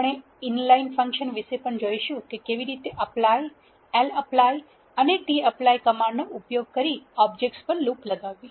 આપણે inline functions વિશે પણ જોઈશું કે કેવી રીતે apply lapply and tapply કમાન્ડનો ઉપયોગ કરી ઓબજેક્ટસ પર લુપ લગાવવી